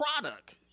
product